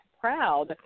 proud